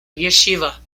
yeshiva